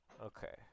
Okay